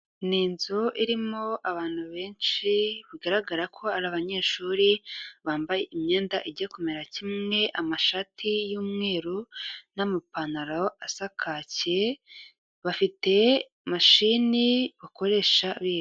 Ni inzu irimo abantu benshi bigaragara ko ari abanyeshuri, bambaye imyenda ijya kumera kimwe, amashati y'umweru n'amapantaro asa kaki, bafite mashini bakoresha biga.